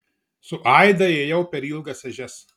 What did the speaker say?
su aida ėjau per ilgas ežias